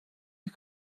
you